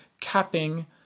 capping